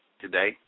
today